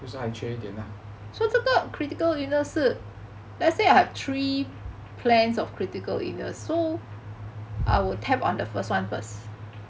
但是还缺一点 lah